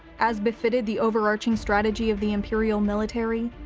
as befitted the overarching strategy of the imperial military,